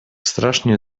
strasznie